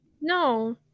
No